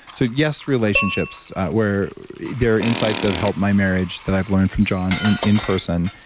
so, yes, relationships where their insights have helped my marriage that i've learned from john in in person,